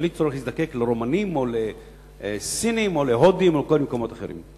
בלי צורך להזדקק לרומנים או לסינים או להודים או לכל מיני מקומות אחרים.